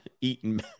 Eating